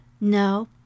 no